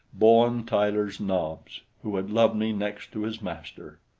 bowen tyler's nobs, who had loved me next to his master.